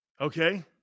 Okay